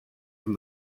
from